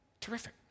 Terrific